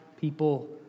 people